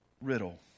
riddle